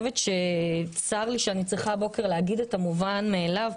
צר לי שאני צריכה להגיד את המובן מאליו,